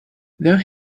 though